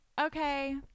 Okay